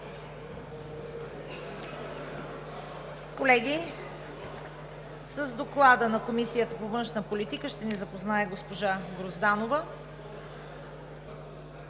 Колеги, с Доклада на Комисията по външна политика ще ни запознае госпожа Грозданова.